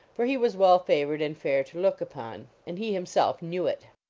for he was well-favored and fair to look upon. and he himself knew it.